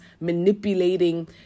manipulating